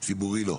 ציבורי לא?